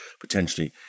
potentially